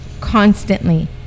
constantly